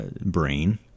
brain